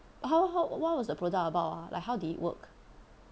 how how what was the product about ah like how did it work